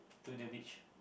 to the beach